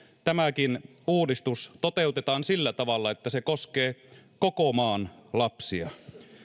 tämäkin uudistus toteutetaan sillä tavalla että se koskee koko maan lapsia